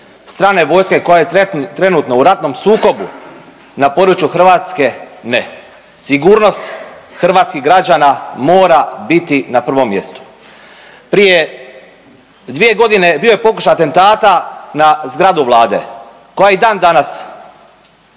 strane vojske koja je trenutno u ratnom sukobu na području Hrvatske ne, sigurnost hrvatskih građana mora biti na prvom mjestu. Prije 2.g. bio je pokušaj atentata na zgradu Vlade koja je i dan danas